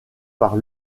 par